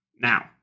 Now